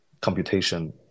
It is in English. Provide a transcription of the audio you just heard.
computation